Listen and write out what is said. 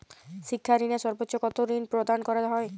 শিক্ষা ঋণে সর্বোচ্চ কতো ঋণ প্রদান করা হয়?